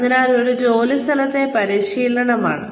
അതിനാൽ ഇത് ജോലിസ്ഥലത്തെ പരിശീലനമാണ്